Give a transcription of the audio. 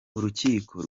urukiko